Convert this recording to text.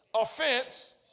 offense